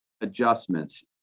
adjustments